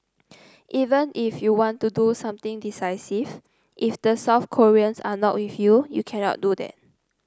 even if you want to do something decisive if the South Koreans are not with you you can't do that